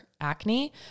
acne